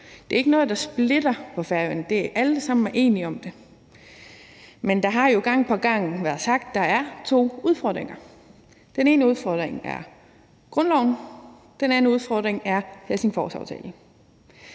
det er ikke noget, der splitter på Færøerne, for alle er enige om det. Men det er jo gang på gang blevet sagt, at der er to udfordringer. Den ene udfordring er grundloven, den anden udfordring er Helsingforsaftalen,